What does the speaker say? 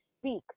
speak